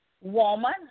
woman